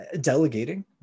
delegating